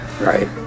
right